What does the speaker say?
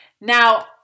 Now